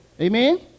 Amen